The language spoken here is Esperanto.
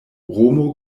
romo